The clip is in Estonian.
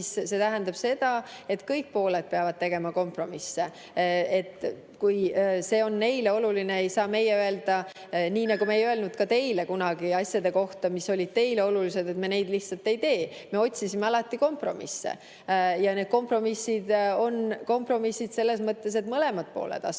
siis see tähendab seda, et kõik pooled peavad tegema kompromisse. Kui see on neile oluline, ei saa meie öelda – nii nagu me ei öelnud seda ka kunagi teile asjade kohta, mis olid teile olulised –, et me neid lihtsalt ei tee. Me otsisime alati kompromisse ja need kompromissid on kompromissid selles mõttes, et mõlemad pooled astuvad